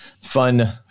fun